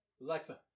Alexa